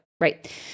right